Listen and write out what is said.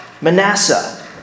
Manasseh